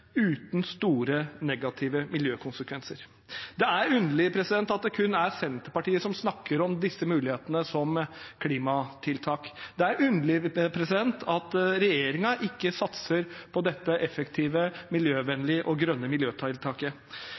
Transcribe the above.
uten store negative miljøkonsekvenser. Det er underlig at det kun er Senterpartiet som snakker om disse mulighetene som klimatiltak. Det er underlig at regjeringen ikke satser på dette effektive, miljøvennlige og grønne miljøtiltaket.